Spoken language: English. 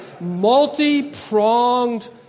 multi-pronged